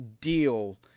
deal